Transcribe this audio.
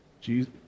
Jesus